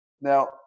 Now